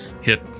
Hit